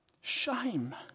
Shame